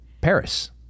Paris